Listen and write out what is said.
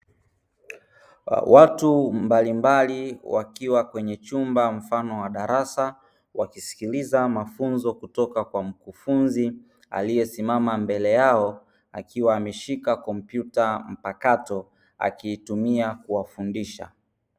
Watu mbalimbali wakiwa kwenye chumba mfano wa darasa, wakisikiliza mafunzo kutoka kwa mkufunzi aliyesimama mbele yao akiwa ameshika kompyuta mpakato akiitumia kuwafundisha.